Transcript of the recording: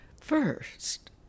First